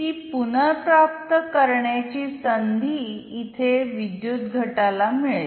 ती पुनर्प्राप्त करण्याची संधी इथे विद्युत घटाला मिळेल